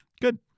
Good